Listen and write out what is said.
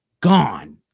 gone